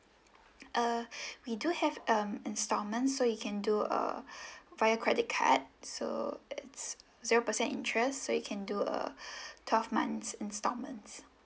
err we do have um installment so you can do err via credit card so it's zero per cent interest so you can do err twelve month installment